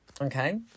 Okay